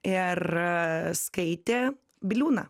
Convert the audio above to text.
ir skaitė biliūną